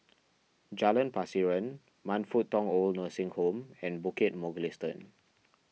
Jalan Pasiran Man Fut Tong Old Nursing Home and Bukit Mugliston